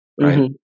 Right